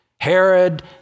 Herod